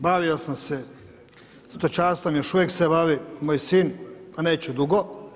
Bavio sam se stočarstvom, još uvijek se bavi moj sin, a neće dugo.